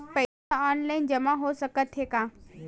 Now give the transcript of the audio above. पईसा ऑनलाइन जमा हो साकत हे का?